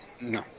No